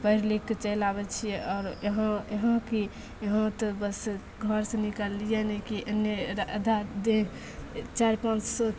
पढ़ि लिखके चलि आबैत छियै आओर इहाँ इहाँ कि इहाँ तऽ बस घरसे निकललियै नहि कि एन्ने एदा दा जे चारि पाँच ठो